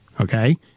Okay